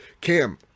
Cam